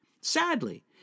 Sadly